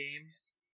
games